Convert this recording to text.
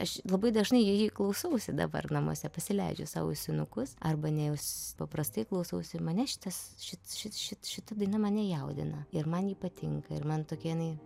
aš labai dažnai jį klausausi dabar namuose pasileidžiu sau ausinukus arba neus paprastai klausausi mane šitas šit šit šit šita daina mane jaudina ir man ji patinka ir man tokia jinai